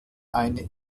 eine